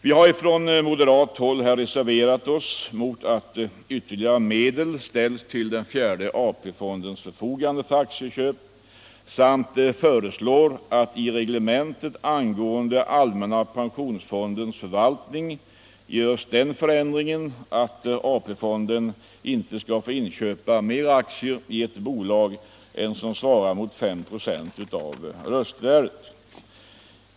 Vi moderater reserverar oss här mot att ytterligare medel ställs till fjärde AP-fondens förfogande för aktieköp samt föreslår att i reglementet angående allmänna pensionsfondens förvaltning görs den förändringen att AP-fonden ej skall få inköpa mer aktier i ett bolag än som svarar mot 5", av röstvärdet.